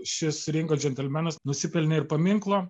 šis ringo džentelmenas nusipelnė ir paminklo